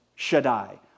Shaddai